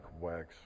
wax